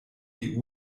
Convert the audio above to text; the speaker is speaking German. die